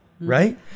right